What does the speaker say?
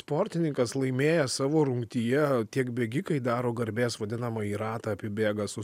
sportininkas laimėjęs savo rungtyje tiek bėgikai daro garbės vadinamąjį ratą apibėga su